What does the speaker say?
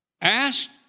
Ask